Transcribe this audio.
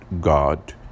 God